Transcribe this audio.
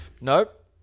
Nope